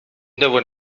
deuen